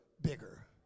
bigger